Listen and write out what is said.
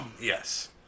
Yes